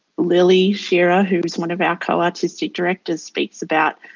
lily shearer, who is one of our co-artistic directors, speaks about.